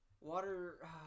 water